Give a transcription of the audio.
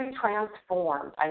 transformed